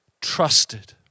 trusted